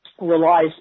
relies